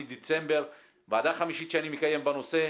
אני בדצמבר, ועדה חמישית שאני מקיים בנושא.